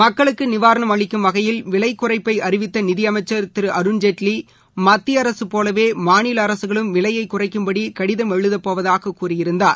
மக்களுக்குநிவாரணம் அளிக்கும் வகையில் விலைகுறைப்பைஅறிவித்தநிதிஅமைச்சர் திருஅருண்ஜெட்லிமத்தியஅரசுபோலவேமாநிலஅரசுகளும் விலையைக் குறை்கும்படிகடிதம் எழுதப்போவதாககூறியிருந்தார்